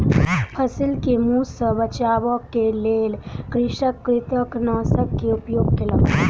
फसिल के मूस सॅ बचाबअ के लेल कृषक कृंतकनाशक के उपयोग केलक